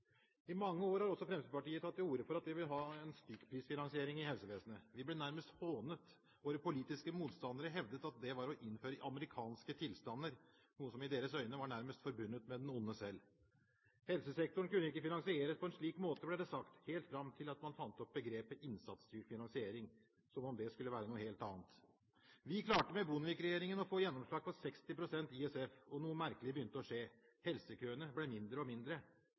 I mange år har også Fremskrittspartiet tatt til orde for at vi vil ha en stykkprisfinansiering i helsevesenet. Vi ble nærmest hånet. Våre politiske motstandere hevdet at det var å innføre amerikanske tilstander, noe som i deres øyne var nærmest forbundet med den onde selv. Helsesektoren kunne ikke finansieres på en slik måte, ble det sagt, helt fram til at man fant opp begrepet innsatsstyrt finansiering, ISF, som om det skulle være noe helt annet. Vi klarte med Bondevik-regjeringen å få gjennomslag for 60 pst. ISF, og noe merkelig begynte å skje. Helsekøene ble mindre og mindre.